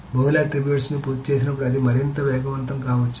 బహుళ ఆట్రిబ్యూట్స్ ను పూర్తి చేసినప్పుడు అది మరింత వేగవంతం కాకపోవచ్చు